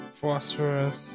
phosphorus